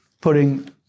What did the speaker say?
putting